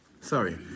Sorry